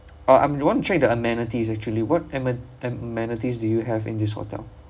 um I'm the want to check the amenities actually what amen~ amenities do you have in this hotel